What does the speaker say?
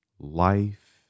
Life